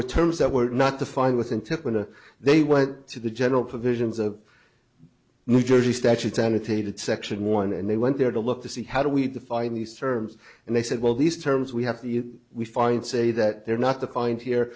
were terms that were not defined within typin a they went to the general provisions of new jersey statutes annotated section one and they went there to look to see how do we define these terms and they said well these terms we have the if we find say that they're not the find here